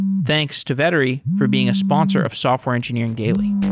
thanks to vettery for being a sponsor of software engineering daily